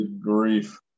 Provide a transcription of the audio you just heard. grief